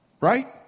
Right